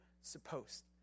supposed